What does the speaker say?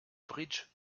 bridge